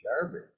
garbage